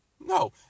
No